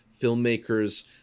filmmakers